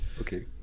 okay